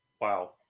Wow